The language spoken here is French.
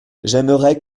j’aimerais